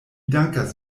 dankas